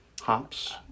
hops